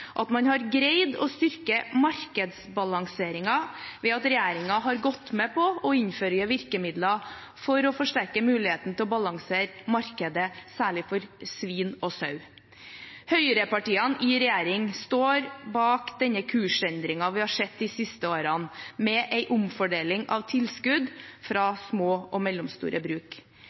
at man har greid å styrke markedsbalanseringen ved at regjeringen har gått med på å innføre virkemidler for å forsterke muligheten til å balansere markedet, særlig for svin og sau. Høyrepartiene i regjering står bak denne kursendringen vi har sett de siste årene, med en omfordeling av tilskudd fra små og mellomstore bruk.